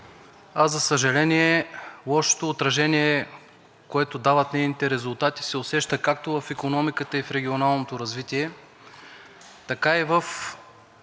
а за съжаление, лошото отражение, което дават нейните резултати, се усеща както в икономиката и в регионалното развитие, така и в